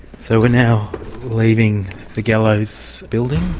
so we're now leaving the gallows building.